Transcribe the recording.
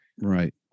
Right